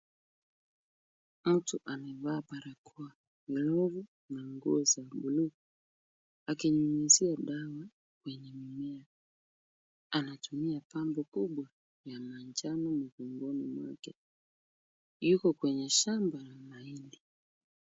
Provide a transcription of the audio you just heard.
Mtu amevaa barakoa glavu na nguo za buluu akinyunyuzia dawa kwenye mimea anatumia pango kubwa ya majano mgongoni mwake. Yuko kwenye shamba ya mahindi.